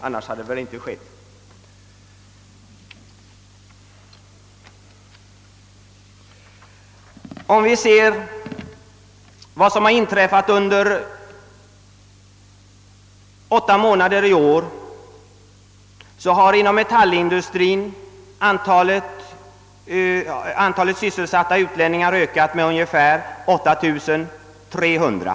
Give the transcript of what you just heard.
Under åtta månader i år har antalet sysselsatta utlänningar inom metallindustrien ökat med ungefär 8 300.